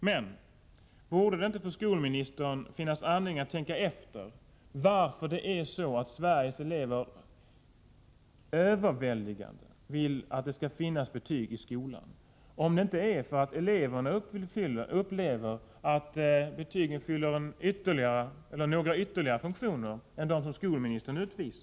Men borde det inte finnas anledning för skolministern att fundera över varför det är så att den överväldigande delen av Sveriges elever vill ha betyg i skolan, om inte detta beror på att eleverna upplever att betygen fyller några ytterligare funktioner än dem som skolministern nämnde?